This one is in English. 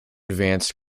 advanced